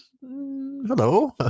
hello